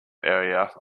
area